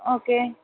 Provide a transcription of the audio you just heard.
okay